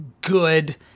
good